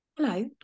Hello